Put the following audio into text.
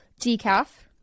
decaf